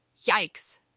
Yikes